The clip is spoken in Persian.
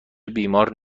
بیمار